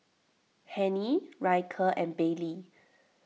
Hennie Ryker and Baylie